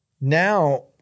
Now